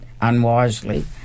unwisely